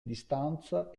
distanza